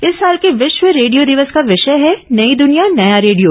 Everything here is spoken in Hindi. इस साल के विश्व रेडियो दिवस का विषय है नई दुनिया नया रेडिया